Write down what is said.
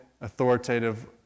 authoritative